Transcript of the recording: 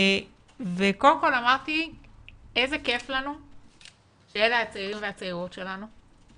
וקודם כל אמרתי איזה כיף לנו שאלה הצעירים והצעירות שלנו,